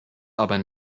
aber